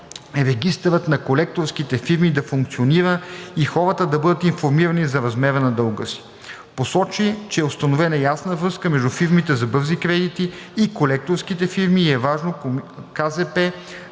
регистърът на колекторските фирми да функционира и хората да бъдат информирани за размера на дълга си.